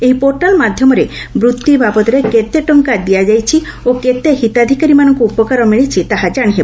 ଏହି ପୋର୍ଟାଲ୍ ମାଧ୍ୟମରେ ବୂତ୍ତି ବାବଦରେ କେତେ ଟଙ୍କା ଦିଆଯାଇଛି ଓ କେତେ ହିତାଧିକାରୀମାନଙ୍କୁ ଉପକାର ମିଳିଛି ତାହା କାଶି ହେବ